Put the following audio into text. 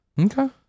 Okay